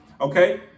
okay